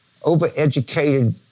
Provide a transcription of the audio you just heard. overeducated